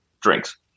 drinks